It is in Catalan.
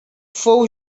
fou